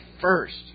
first